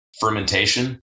fermentation